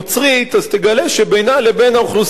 תגלו שבינה לבין האוכלוסייה היהודית